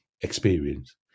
experience